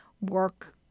work